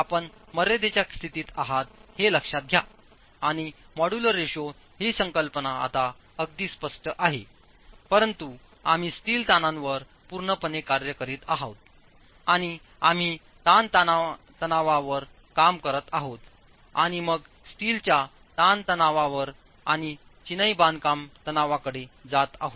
आपण मर्यादेच्यास्थितीतआहात हे लक्षात घ्याआणि मॉड्यूलर रेश्यो ही संकल्पना आता अगदी स्पष्ट आहे परंतु आम्ही स्टील ताणांवर पूर्णपणे कार्य करीत आहोत आणि आम्ही ताणतणावांवर काम करत आहोत आणि मग स्टीलच्या ताणतणावावर आणि चिनाई बांधकाम तणावाकडे जात आहोत